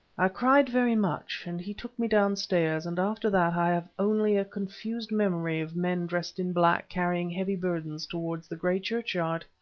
i cried very much, and he took me downstairs, and after that i have only a confused memory of men dressed in black carrying heavy burdens towards the grey churchyard!